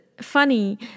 funny